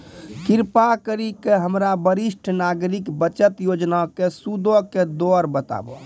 कृपा करि के हमरा वरिष्ठ नागरिक बचत योजना के सूदो के दर बताबो